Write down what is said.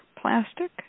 plastic